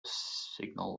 signal